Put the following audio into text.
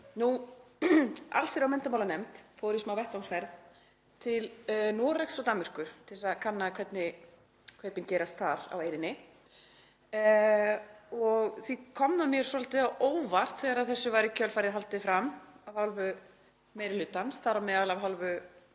Allsherjar- og menntamálanefnd fór í smá vettvangsferð til Noregs og Danmerkur til þess að kanna hvernig kaupin gerast þar á eyrinni. Því kom það mér svolítið á óvart þegar þessu var í kjölfarið haldið fram af hálfu meiri hlutans, þar á meðal af hálfu